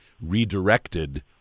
redirected